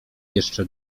jeszcze